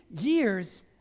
years